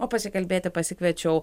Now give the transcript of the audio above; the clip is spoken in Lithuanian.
o pasikalbėti pasikviečiau